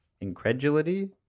Incredulity